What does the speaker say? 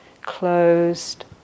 closed